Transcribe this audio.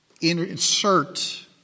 insert